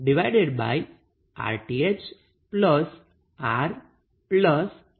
તેથી I VThRTh RL ΔR થાય